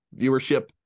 viewership